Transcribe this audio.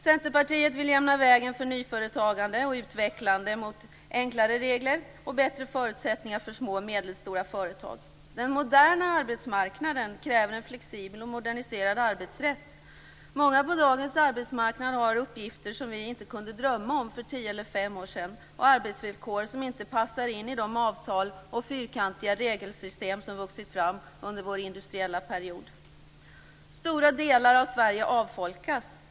Centerpartiet vill jämna vägen för nyföretagande och utvecklande mot enklare regler och bättre förutsättningar för små och medelstora företag. Den moderna arbetsmarknaden kräver en flexibel och moderniserad arbetsrätt. Många på dagens arbetsmarknad har uppgifter som vi för fem eller tio år sedan inte kunde drömma om och arbetsvillkor som inte passar in i de avtal och fyrkantiga regelsystem som har vuxit fram under vår industriella period. Stora delar av Sverige avfolkas.